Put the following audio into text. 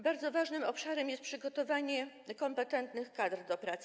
Bardzo ważnym obszarem jest przegotowanie kompetentnych kadr do pracy.